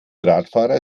radfahrer